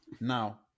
Now